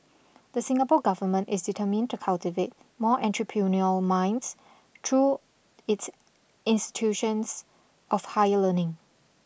the Singapore government is determined to cultivate more entrepreneurial minds through its institutions of higher learning